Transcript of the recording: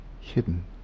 hidden